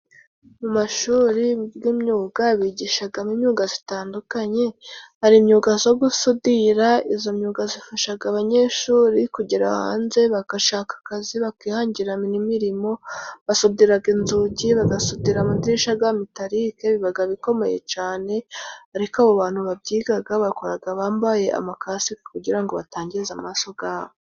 Mu mashuri g'imyuga bigishagamo imyuga zitandukanye, hari imyuga zo gusudira izo myuga zifashaga abanyeshuri kugera hanze bagashaka akazi bakihangira imirimo, basudiraga inzugi, bagasudira amadirisha ga mitalike bibaga bikomeye cane, ariko abo bantu babyigaga bakoraga bambaye amakasika kugira ngo batangiza amaso ubwabo